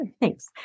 Thanks